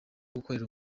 gukorera